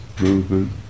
movement